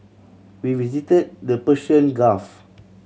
we visit the Persian Gulf